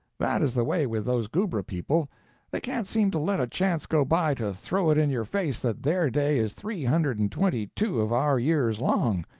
that is the way with those goobra people they can't seem to let a chance go by to throw it in your face that their day is three hundred and twenty-two of our years long.